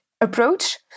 approach